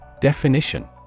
Definition